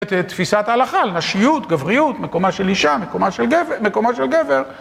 את תפיסת ההלכה על נשיות, גבריות, מקומה של אישה, מקומה של גבר, מקומו של גבר